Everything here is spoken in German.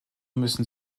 müssen